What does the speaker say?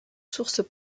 sources